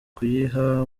kuyiha